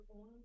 own